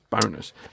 bonus